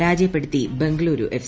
പരാജയപ്പെടുത്തി ബംഗളുരു എഫ്